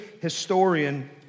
historian